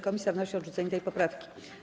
Komisja wnosi o odrzucenie tej poprawki.